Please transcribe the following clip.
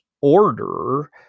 order